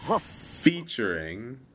featuring